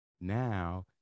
now